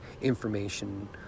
information